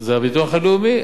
זה הביטוח הלאומי.